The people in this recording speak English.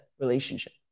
relationship